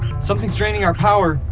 something's draining our power.